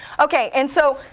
ok, and so,